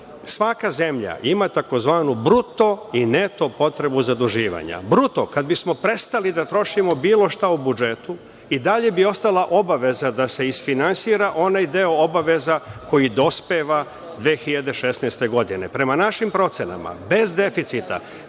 to. Svaka zemlja ima tzv. bruto i neto potrebu zaduživanja. Bruto kad bismo prestali da trošimo bilo šta u budžetu i dalje bi ostala obaveza da se isfinansira onaj deo obaveza koji dospeva 2016. godine. Prema našim procenama, bez deficita